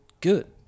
good